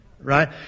Right